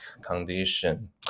condition